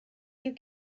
you